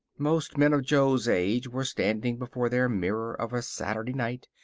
most men of jo's age were standing before their mirror of a saturday night,